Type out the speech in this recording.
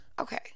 okay